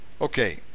okay